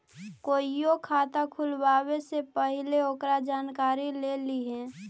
कोईओ खाता खुलवावे से पहिले ओकर जानकारी ले लिहें